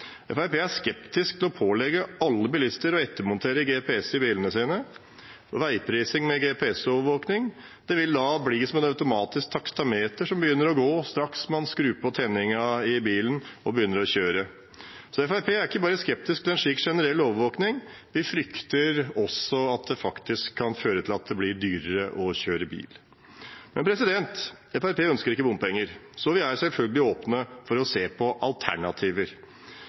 er skeptisk til å pålegge alle bilister å ettermontere GPS i bilene sine. Veiprising med GPS-overvåking vil da bli som et automatisk taksameter, som begynner å gå straks man skrur på tenningen i bilen og begynner å kjøre. Fremskrittspartiet er ikke bare skeptisk til en slik generell overvåking, vi frykter også at det kan føre til at det blir dyrere å kjøre bil. Fremskrittspartiet ønsker ikke bompenger, så vi er selvfølgelig åpne for å se på alternativer.